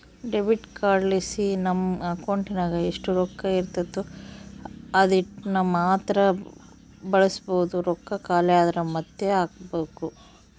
debit ಕಾರ್ಡ್ಲಾಸಿ ನಮ್ ಅಕೌಂಟಿನಾಗ ಎಷ್ಟು ರೊಕ್ಕ ಇರ್ತತೋ ಅದೀಟನ್ನಮಾತ್ರ ಬಳಸ್ಬೋದು, ರೊಕ್ಕ ಖಾಲಿ ಆದ್ರ ಮಾತ್ತೆ ಹಾಕ್ಬಕು